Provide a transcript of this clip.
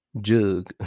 Jug